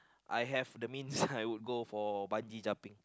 I have the means I would go for bungee jumping